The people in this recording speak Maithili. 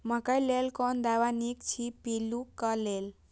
मकैय लेल कोन दवा निक अछि पिल्लू क लेल?